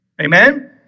Amen